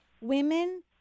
women